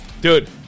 dude